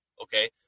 okay